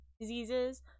diseases